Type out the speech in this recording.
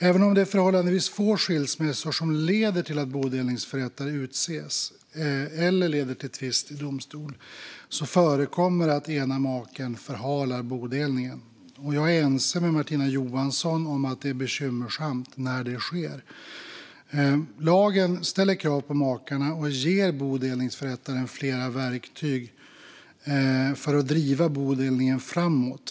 Även om det är förhållandevis få skilsmässor som leder till att bodelningsförrättare utses eller till tvist i domstol förekommer det att ena maken förhalar bodelningen. Jag är ense med Martina Johansson om att det är bekymmersamt när det sker. Lagen ställer krav på makarna och ger bodelningsförrättaren flera verktyg för att driva bodelningen framåt.